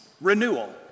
renewal